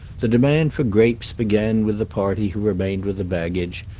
the demand for grapes began with the party who remained with the baggage,